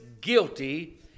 guilty